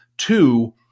Two